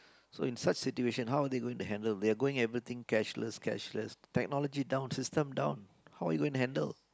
so in such situation how are they going to handle they are going everything cashless cashless technology down system down how are you going to handle